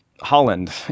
Holland